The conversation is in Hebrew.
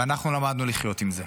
ואנחנו למדנו לחיות עם זה.